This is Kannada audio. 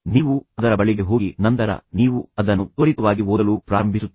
ನೀವು ಅದರ ಬಳಿಗೆ ಹೋಗಿ ನಂತರ ನೀವು ಅದನ್ನು ತ್ವರಿತವಾಗಿ ಓದಲು ಪ್ರಾರಂಭಿಸುತ್ತೀರಿ